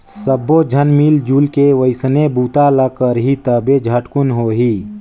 सब्बो झन मिलजुल के ओइसने बूता ल करही तभे झटकुन होही